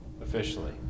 officially